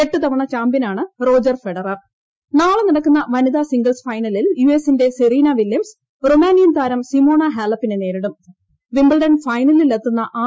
എട്ട് തവണ ചാമ്പ്യനാണ് റോജർ ഫെഡറർ നാളെ നടക്കുന്ന വനിതാ സിംഗിൾസ് ഫൈനലിൽ യു എസിന്റെ സെറീന വിലൃംസ് റുമാനിയൻ താരം സിമോണ ഹാലപ്പിനെ വിംബിൾഡൺ ഫൈനലിൽ എത്തുന്ന നേരിടും